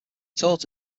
taught